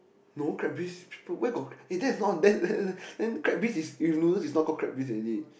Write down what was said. no crab bisque where got eh that is not that that is then crab bisque with noodles is not called crab bisque already